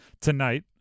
tonight